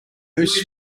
moose